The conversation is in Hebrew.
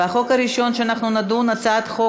והחוק הראשון שאנחנו נדון בו,